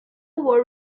were